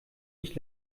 nicht